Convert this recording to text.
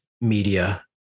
media